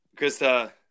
Krista